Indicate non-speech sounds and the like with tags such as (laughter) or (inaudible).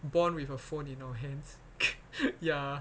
born with a phone in our hands (laughs) ya